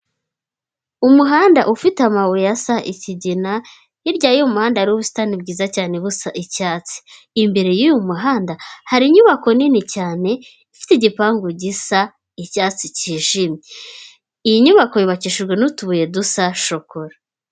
Umuhanda ufite amabuye asa ikigina, hirya y'uyu muhanda hriyo ubusitani bwiza cyane busa icyatsi, imbere y'uyu muhanda hari inyubako nini cyane ifite igipangu gisa icyatsi kijimye, iyi nyubako yubakishijwe n'utubuye dusa shokora.